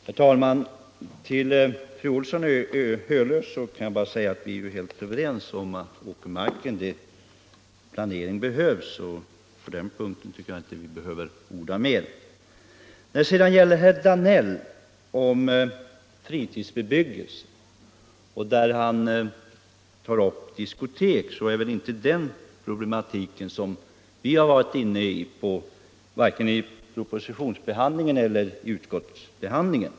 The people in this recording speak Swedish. Herr talman! Till fru Olsson i Hölö kan jag säga att vi är helt överens om att planering behövs för åkermarken, så på den punkten tycker jag inte vi behöver orda mer. Till vad herr Danell yttrade om fritidsbebyggelse, där han också talade om diskotek, vill jag säga att det väl inte är den problematiken som vi har varit inne på vare sig vid propositionsbehandlingen eller eljest i utskottsbehandlingen.